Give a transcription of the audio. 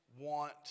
want